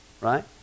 right